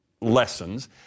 lessons